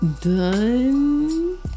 done